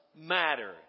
matter